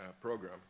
program